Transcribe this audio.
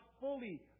fully